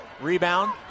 Rebound